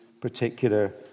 particular